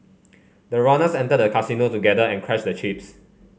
the runners entered the casino together and cashed the chips